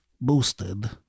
boosted